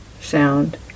sound